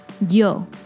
Yo